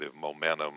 momentum